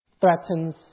threatens